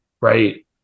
right